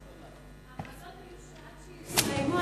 ההכרזות היו שעד שיסתיימו,